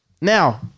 Now